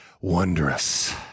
wondrous